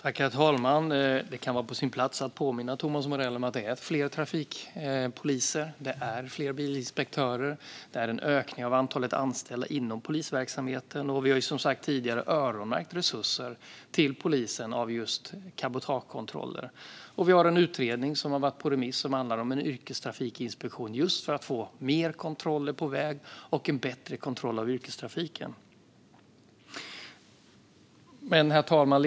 Herr talman! Det kan vara på sin plats att påminna Thomas Morell om att det är fler trafikpoliser och fler bilinspektörer på plats och att antalet anställda inom polisverksamheten har ökat. Vi har som sagt tidigare öronmärkt resurser till polisen för just cabotagekontroller, och vi har en utredning som har varit på remiss som handlar om en yrkestrafikinspektion, just för att få mer kontroller på väg och en bättre kontroll av yrkestrafiken. Herr talman!